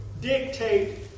dictate